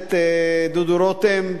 הכנסת דודו רותם,